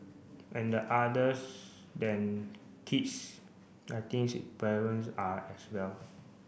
and the others than kids I thinks parents are as well